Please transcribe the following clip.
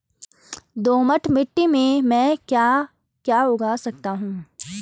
दोमट मिट्टी में म ैं क्या क्या उगा सकता हूँ?